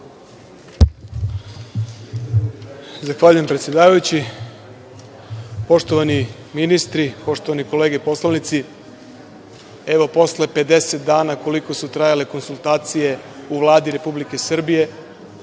Zahvaljujem, predsedavajući. Poštovani ministri, poštovane kolege poslanici, evo posle 50 dana koliko su trajale konsultacije u Vladi Republike Srbije,